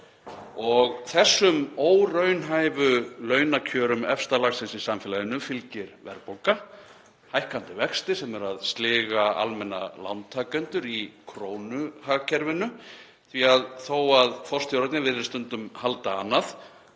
Þessum óraunhæfu launakjörum efsta lagsins í samfélaginu fylgir verðbólga, hækkandi vextir sem eru að sliga almenna lántakendur í krónuhagkerfinu, því að þó að forstjórarnir virðist stundum halda annað